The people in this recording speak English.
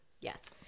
yes